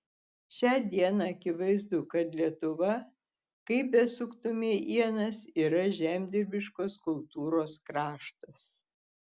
šią dieną akivaizdu kad lietuva kaip besuktumei ienas yra žemdirbiškos kultūros kraštas